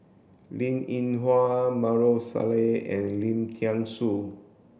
Linn In Hua Maarof Salleh and Lim Thean Soo